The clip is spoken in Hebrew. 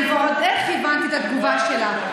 אני ועוד איך הבנתי את התגובה שלה.